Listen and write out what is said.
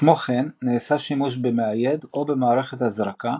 כמו כן נעשה שימוש במאייד או במערכת הזרקה,